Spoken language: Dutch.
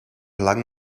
lang